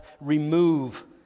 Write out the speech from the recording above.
remove